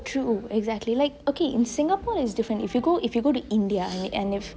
true exactly okay in singapore is different if you go to india